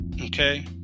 Okay